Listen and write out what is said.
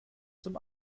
zum